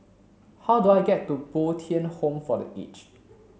how do I get to Bo Tien Home for the Aged